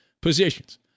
positions